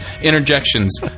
interjections